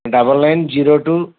double nine zero two